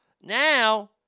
Now